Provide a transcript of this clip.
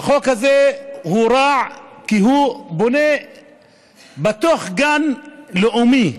החוק הזה הוא רע, כי הוא בונה בתוך גן לאומי.